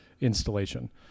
installation